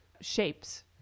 shapes